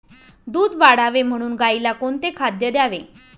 दूध वाढावे म्हणून गाईला कोणते खाद्य द्यावे?